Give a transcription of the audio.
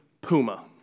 Puma